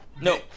No